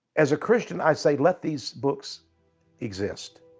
as a christian, i say, let these books exist.